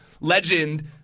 legend